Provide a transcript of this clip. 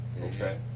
Okay